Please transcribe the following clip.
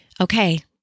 Okay